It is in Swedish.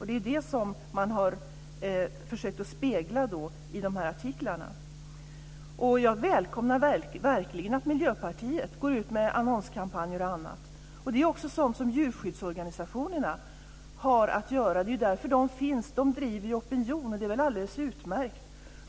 Det är det man har försökt att spegla i artiklarna. Jag välkomnar verkligen att Miljöpartiet går ut med annonskampanjer och annat. Det är också sådant som djurskyddsorganisationerna har att göra. Det är därför de finns. De driver opinion, och det är väl alldeles utmärkt.